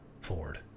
Ford